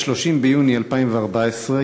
30 ביוני 2014,